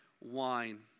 wine